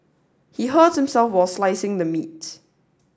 he hurt himself while slicing the meat